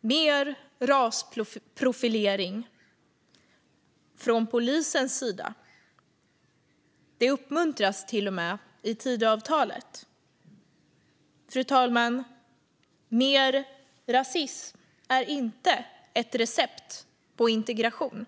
mer rasprofilering från polisens sida. Det uppmuntras till och med i Tidöavtalet. Fru talman! Mer rasism är inte ett recept på integration.